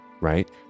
right